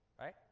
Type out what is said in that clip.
right